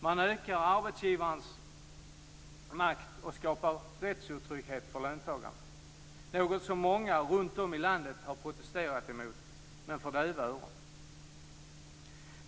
Man ökar arbetsgivarens makt och skapar rättsotrygghet för löntagarna. Det är något som många runt om i landet har protesterat emot - men för döva öron.